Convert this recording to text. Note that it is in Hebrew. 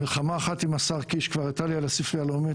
מלחמה אחת עם השר קיש כבר הייתה לי על הספרייה הלאומית,